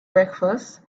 breakfast